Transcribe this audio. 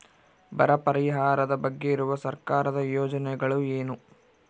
ಬರ ಪರಿಹಾರದ ಬಗ್ಗೆ ಇರುವ ಸರ್ಕಾರದ ಯೋಜನೆಗಳು ಏನು?